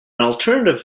alternative